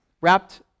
wrapped